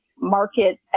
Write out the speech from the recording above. market